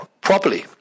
properly